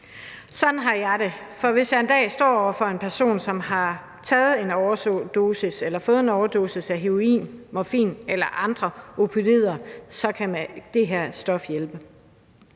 Sådan har jeg det, for hvis jeg en dag står over for en person, som har taget en overdosis heroin, morfin eller andre opioider, så kan det her stof hjælpe.